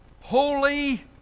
holy